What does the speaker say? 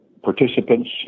participants